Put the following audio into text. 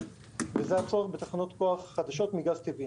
וזה הצורך בתחנות כוח חדשות מגז טבעי.